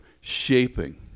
shaping